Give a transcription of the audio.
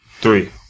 Three